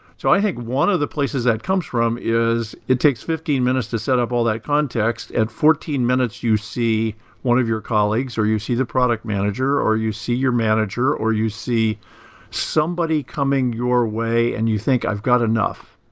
so i think one of the places they come from is it takes fifteen minutes to set up all that context, and at fourteen minutes you see one of your colleagues, or you see the product manager, or you see your manager, or you see somebody coming your way and you think, i've got enough.